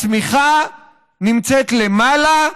הצמיחה נמצאת למעלה,